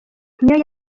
niyo